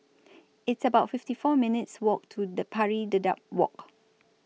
It's about fifty four minutes' Walk to Pari Dedap Walk